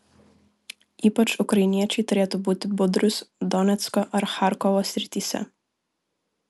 ypač ukrainiečiai turėtų būti budrūs donecko ar charkovo srityse